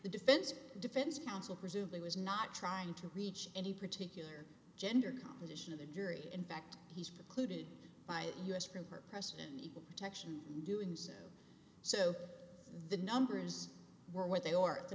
the defense defense counsel presumably was not trying to reach any particular gender composition of the jury in fact he's precluded by us from her precedent equal protection doing so so the numbers were where they are the